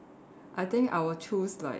I think I will choose like